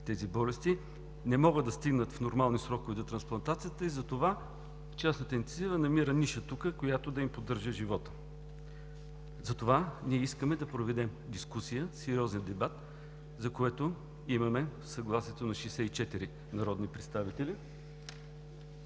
тези болести, не могат да стигнат в нормални срокове до трансплантацията и затова частната инициатива намира ниша тук, която да им поддържа живота. Ние искаме да проведем дискусия, сериозен дебат, за което имаме съгласието на 64 народни представители